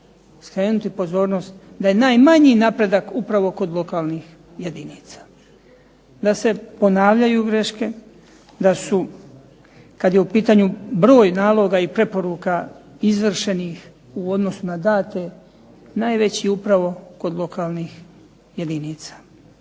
skrenuti pozornost da je najmanji napredak upravo kod lokalnih jedinica. Da se ponavljaju greške kada je u pitanju broj naloga i preporuka izvršenih u odnosu na date najveći je upravo kod lokalnih jedinica.